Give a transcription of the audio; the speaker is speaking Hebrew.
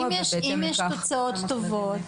אם יש תוצאות טובות,